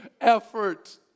Effort